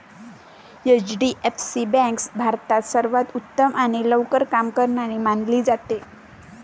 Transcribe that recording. HDFC bank भारतात सर्वांत उत्तम आणि लवकर काम करणारी मानली जाते